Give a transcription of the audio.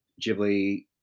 Ghibli